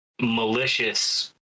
malicious